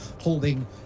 holding